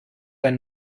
denn